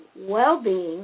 well-being